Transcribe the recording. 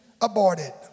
aborted